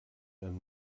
wenn